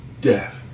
death